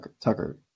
Tucker